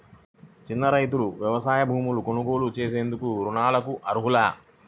చిన్న రైతులు వ్యవసాయ భూములు కొనుగోలు చేసేందుకు రుణాలకు అర్హులా?